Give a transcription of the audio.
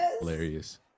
hilarious